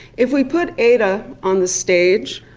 if we put ada on the stage,